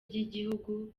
by’igihugu